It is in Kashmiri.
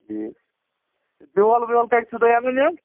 بیول ویول کتہِ چھُو تۄہہِ اَنَن